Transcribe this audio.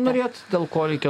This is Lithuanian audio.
norėt dėl ko reikia